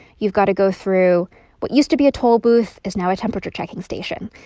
you've got to go through what used to be a toll booth is now a temperature-checking station.